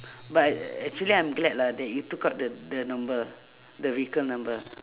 but ac~ actually I'm glad lah that you took out the the number the vehicle number